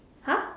!huh!